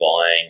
buying